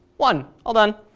one. all done.